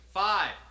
five